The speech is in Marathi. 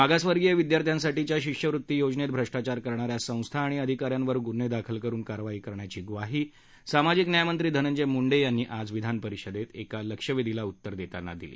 मागासवर्गीय विद्यार्थ्यांसाठीच्या शिष्यवृत्ती योजनेत भ्रष्टाचार करणाऱ्या संस्था आणि अधिकाऱ्यांवर गुन्हे दाखल करून कारवाई करण्याची ग्वाही सामाजिक न्यायमंत्री धनंजय मूंडे यांनी आज विधानपरिषदेत एका लक्षवेधी प्रश्नाला उत्तर देताना दिली